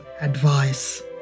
advice